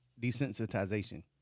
desensitization